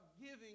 giving